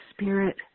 spirit